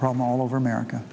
problem all over america